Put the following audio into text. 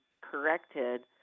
corrected